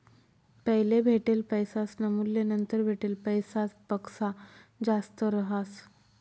पैले भेटेल पैसासनं मूल्य नंतर भेटेल पैसासपक्सा जास्त रहास